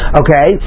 okay